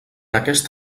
aquest